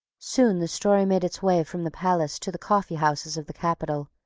soon the story made its way from the palace to the coffeehouses of the capital,